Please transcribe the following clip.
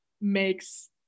makes